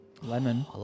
Lemon